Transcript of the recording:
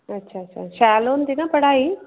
अच्छा अच्छा शैल होंदी ना पढ़ाई